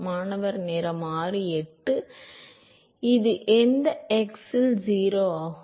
மாணவர் இது எந்த x இல் 0 ஆகும்